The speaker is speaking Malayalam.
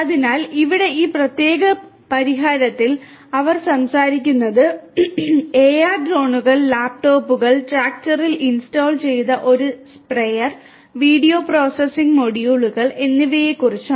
അതിനാൽ ഇവിടെ ഈ പ്രത്യേക പരിഹാരത്തിൽ അവർ സംസാരിക്കുന്നത് എആർ ഡ്രോണുകൾ ലാപ്ടോപ്പുകൾ ട്രാക്ടറിൽ ഇൻസ്റ്റാൾ ചെയ്ത ഒരു സ്പ്രെയർ വീഡിയോ പ്രോസസ്സിംഗ് മൊഡ്യൂളുകൾ എന്നിവയെക്കുറിച്ചാണ്